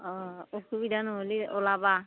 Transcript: অঁ অসুবিধা নহ'লে ওলাবা